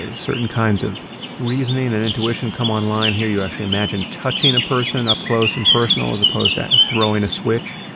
ah certain kinds of reasoning and intuition come online here. you actually imagine touching a person up close and personal as opposed to throwing a switch.